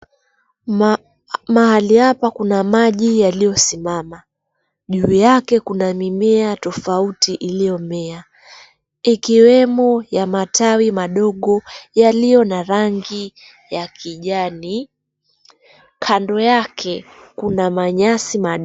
Mahali hapa kuna maji yaliyosimama. Juu yake kuna mimea tofauti iliomea ikiwemo ya matawi madogo yaliyo na rangi ya kijani. Kando yake kuna manyasi madogo.